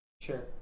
sure